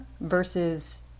versus